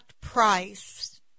price